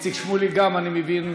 גם איציק שמולי מעוניין,